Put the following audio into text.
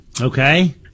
Okay